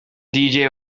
deejay